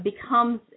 becomes